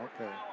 okay